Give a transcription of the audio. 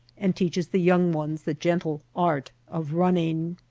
and teaches the young ones the gentle art of running.